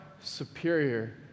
superior